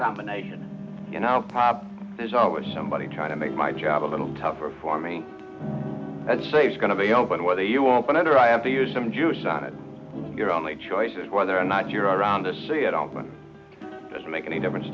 combination you know there's always somebody trying to make my job a little tougher for me and say it's going to be open whether you open it or i have to use some juice on it your only choice is whether or not you're around to see it i don't want to make any difference